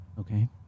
Okay